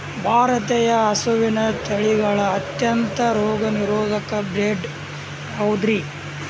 ಭಾರತೇಯ ಹಸುವಿನ ತಳಿಗಳ ಅತ್ಯಂತ ರೋಗನಿರೋಧಕ ಬ್ರೇಡ್ ಯಾವುದ್ರಿ?